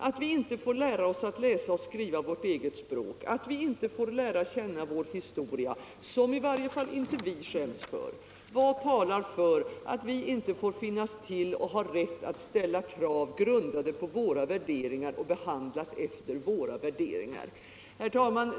Att vi inte får lära oss att läsa och skriva vårt eget språk. Att vi inte får lära känna vår historia, som i varje fall inte vi skäms för. Vad talar för att vi inte får finnas till och ha rätt att ställa krav, grundade på våra värderingar, och behandlas efter våra värderingar?” Herr talman!